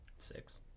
Six